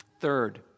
Third